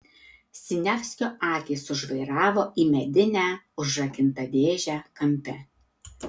siniavskio akys sužvairavo į medinę užrakintą dėžę kampe